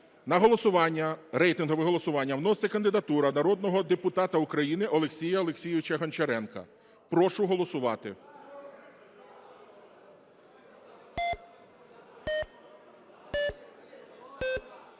рейтинговим голосуванням вноситься кандидатура народного депутата України Олексія Олексійовича Гончаренка. Прошу голосувати.